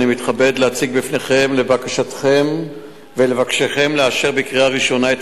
אני מתכבד להציג בפניכם ולבקשכם לאשר בקריאה ראשונה את